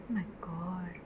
oh my god